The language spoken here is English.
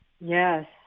Yes